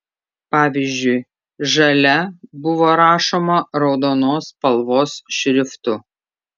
pavyzdžiui žalia buvo rašoma raudonos spalvos šriftu